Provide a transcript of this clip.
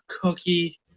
cookie